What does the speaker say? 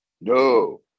No